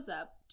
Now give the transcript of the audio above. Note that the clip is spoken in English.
up